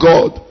God